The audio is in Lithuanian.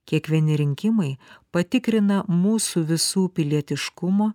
kiekvieni rinkimai patikrina mūsų visų pilietiškumo